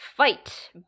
fight